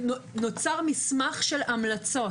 נוצר מסמך של המלצות,